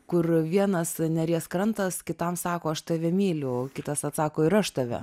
kur vienas neries krantas kitam sako aš tave myliu kitas atsako ir aš tave